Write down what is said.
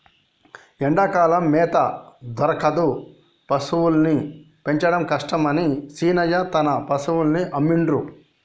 ఎండాకాలం మేత దొరకదు పశువుల్ని పెంచడం కష్టమని శీనయ్య తన పశువుల్ని అమ్మిండు